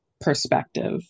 perspective